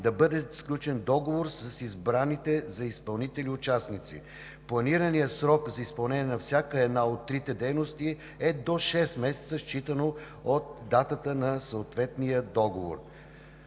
да бъде сключен договор с избраните за изпълнители участници. Планираният срок за изпълнение на всяка една от трите дейности е до шест месеца, считано от датата на съответния договор.